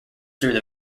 through